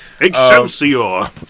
Excelsior